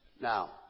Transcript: Now